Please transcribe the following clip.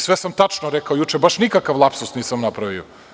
Sve sam tačno rekao juče, baš nikakav lapsus nisam napravio.